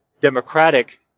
democratic